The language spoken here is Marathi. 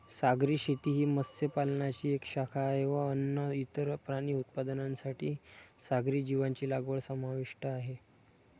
सागरी शेती ही मत्स्य पालनाची एक शाखा आहे व अन्न, इतर प्राणी उत्पादनांसाठी सागरी जीवांची लागवड समाविष्ट आहे